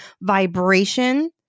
vibration